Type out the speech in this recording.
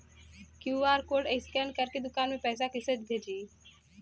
QR code scan करके दुकान में पैसा कइसे भेजी?